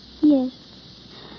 Yes